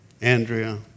Andrea